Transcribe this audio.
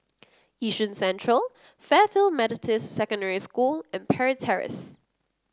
Yishun Central Fairfield Methodist Secondary School and Parry Terrace